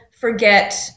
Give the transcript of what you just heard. forget